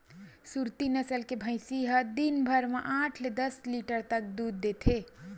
सुरती नसल के भइसी ह दिन भर म आठ ले दस लीटर तक दूद देथे